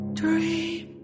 dream